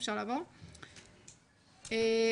שקף הבא,